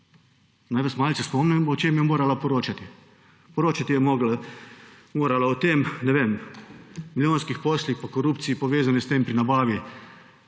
Naj vas malce spomnim, o čem je morala poročati? Poročati je morala o tem, ne vem, milijonskih posli in korupciji, povezani s tem pri nabavi